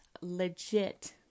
legit